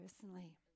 personally